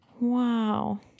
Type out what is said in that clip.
Wow